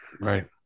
right